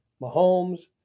Mahomes